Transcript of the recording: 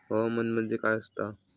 हवामान म्हणजे काय असता?